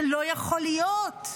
זה לא יכול להיות.